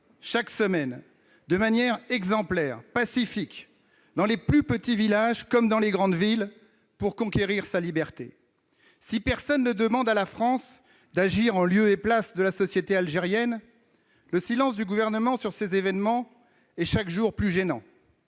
chaque semaine, de manière exemplaire et pacifique, dans les plus petits villages comme dans les grandes villes, pour conquérir sa liberté. Si personne ne demande à la France d'agir en lieu et place de la société algérienne, le silence du Gouvernement sur ces événements est chaque jour plus gênant.